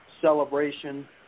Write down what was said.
celebration